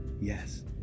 Yes